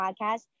Podcast